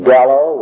Gallo